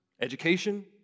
Education